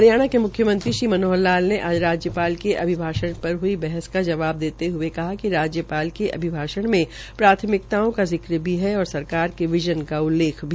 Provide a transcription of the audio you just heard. हरियाणा के म्ख्यमंत्री श्री मनोहर लाल ने आज राज्यपाल के अभिभाष्ण पर हई बइस का जवाब देते हये कहा कि राज्यपाल के अभिभाषण में प्राथमिकताओं का जिक्र भी है और सरकार के विज़न का उल्लेख भी